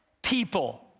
People